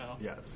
Yes